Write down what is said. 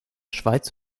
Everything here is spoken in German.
schweiz